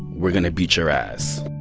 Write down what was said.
we're going to beat your ass